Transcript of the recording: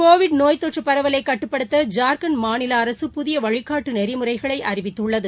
Covid நோய் தொற்றபரவலைகட்டுப்படுத்த ஜார்க்கண்ட் மாநிலஅரசு புதியவழிகாட்டுநெறிமுறைகளைஅறிவித்துள்ளது